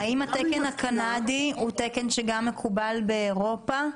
התקן הקנדי הוא תקן שגם מקובל באירופה?